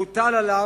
מוטל עליו,